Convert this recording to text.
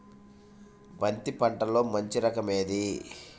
బంతి పంటలో మంచి రకం ఏది?